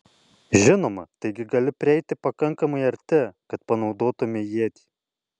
žinoma taigi gali prieiti pakankamai arti kad panaudotumei ietį